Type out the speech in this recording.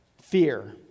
Fear